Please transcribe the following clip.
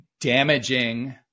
damaging